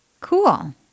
cool